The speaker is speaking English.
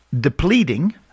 depleting